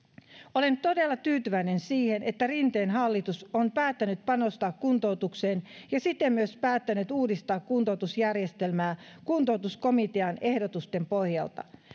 olen todella tyytyväinen siihen että rinteen hallitus on päättänyt panostaa kuntoutukseen ja siten myös päättänyt uudistaa kuntoutusjärjestelmää kuntoutuskomitean ehdotusten pohjalta